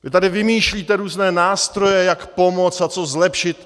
Vy tady vymýšlíte různé nástroje, jak pomoct a co zlepšit.